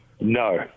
No